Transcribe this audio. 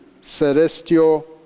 celestial